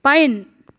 pine